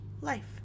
life